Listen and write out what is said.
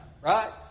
right